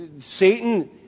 Satan